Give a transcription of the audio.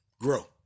grow